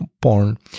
porn